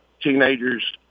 teenagers